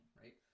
right